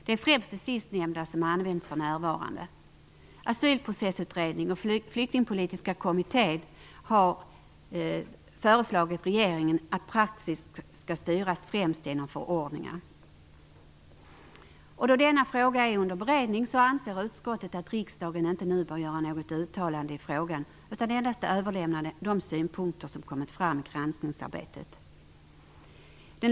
Det är främst det sistnämnda som används för närvarande. Asylprocessutredningen och Flyktingpolitiska kommittén har föreslagit regeringen att praxis skall styras främst genom förordningar. Då denna fråga är under beredning anser utskottet att riksdagen inte nu bör göra något uttalande i frågan utan endast överlämna de synpunkter som kommit fram under granskningsarbetet.